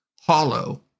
hollow